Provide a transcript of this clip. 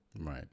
Right